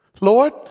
Lord